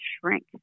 shrink